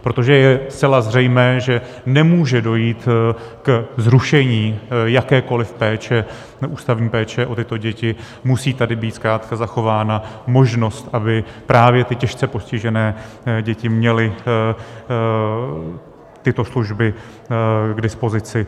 Protože je zcela zřejmé, že nemůže dojít ke zrušení jakékoliv péče, ústavní péče o tyto děti, musí tady být zkrátka zachována možnost, aby právě ty těžce postižené děti měly tyto služby k dispozici.